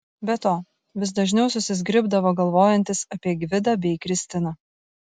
be to vis dažniau susizgribdavo galvojantis apie gvidą bei kristiną